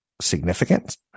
significant